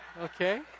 Okay